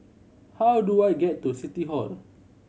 how do I get to City Hall